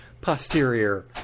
Posterior